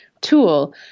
tool